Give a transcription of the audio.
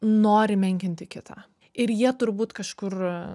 nori menkinti kitą ir jie turbūt kažkur